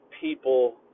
people